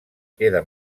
queda